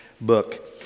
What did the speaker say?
book